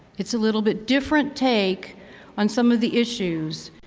it's a little bit different take on some of the issues,